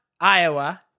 Iowa